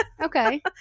Okay